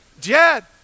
Jed